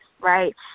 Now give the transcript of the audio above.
right